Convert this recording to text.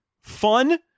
fun